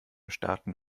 starten